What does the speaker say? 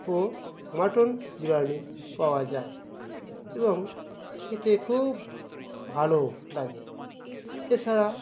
ও mutton biryani পাওয়া যায় এবং খেতে খুব ভালো লাগে এছাড়া